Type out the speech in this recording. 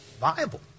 viable